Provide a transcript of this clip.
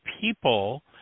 people